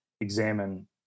examine